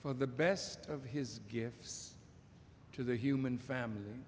for the best of his gives to the human family